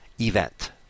event